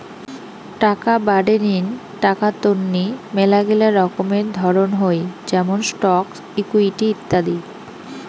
টাকা বাডেঙ্নি টাকা তন্নি মেলাগিলা রকমের ধরণ হই যেমন স্টকস, ইকুইটি ইত্যাদি